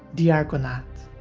the argonath.